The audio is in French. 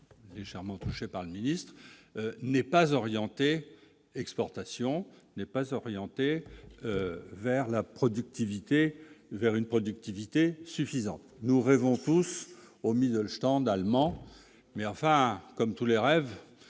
légèrement touché par le ministre-n'est pas orienté exportation n'est pas orienté vers la productivité vers une productivité suffisante, nous rêvons tous au milieu, le stand allemand mais enfin comme tous les rêves,